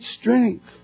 strength